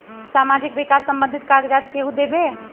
समाजीक विकास संबंधित कागज़ात केहु देबे?